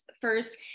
first